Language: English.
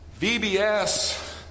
VBS